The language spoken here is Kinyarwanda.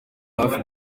hafi